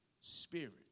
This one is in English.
Spirit